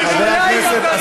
חבר הכנסת,